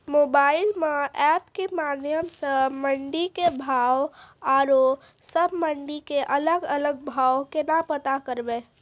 Mobile म app के माध्यम सऽ मंडी के भाव औरो सब मंडी के अलग अलग भाव केना पता करबै?